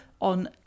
on